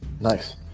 Nice